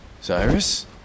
Cyrus